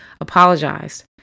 apologized